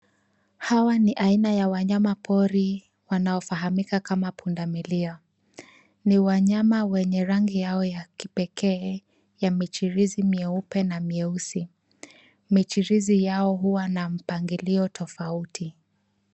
Hawa ni aina ya wanyama pori wanaofahamika kama pundamilia. Ni wanyama wenye rangi yao ya kipekee ya michirizi mieupe na mieusi. Michirizi yao huwa na mpangilio tofauti.